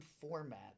format